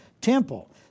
temple